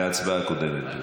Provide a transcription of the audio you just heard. בהצבעה הקודמת.